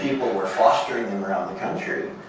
were fostering them around the country,